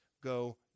go